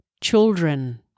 children